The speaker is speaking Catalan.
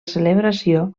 celebració